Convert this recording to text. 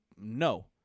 No